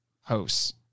hosts